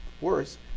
worse